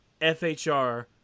FHR